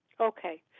Okay